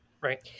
right